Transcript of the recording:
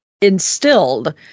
instilled